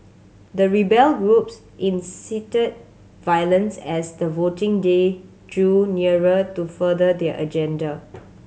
the rebel groups incited violence as the voting day drew nearer to further their agenda